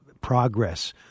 progress